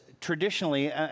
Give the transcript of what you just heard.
traditionally